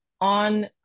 on